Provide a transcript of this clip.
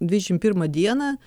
dvidešim pirmą dieną